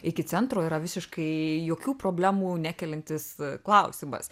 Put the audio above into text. iki centro yra visiškai jokių problemų nekeliantis klausimas